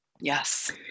Yes